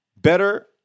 Better